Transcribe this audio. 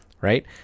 right